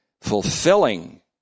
fulfilling